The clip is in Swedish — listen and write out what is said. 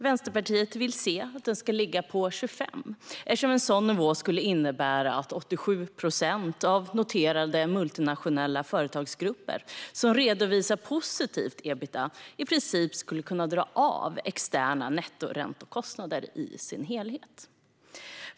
Vänsterpartiet vill att det ska ligga på 25 procent eftersom en sådan nivå skulle innebära att 87 procent av de noterade multinationella företagsgrupper som redovisar positivt ebitda i princip skulle kunna dra av sina externa nettoräntekostnader helt och hållet.